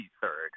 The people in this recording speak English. third